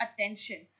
attention